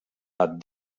hat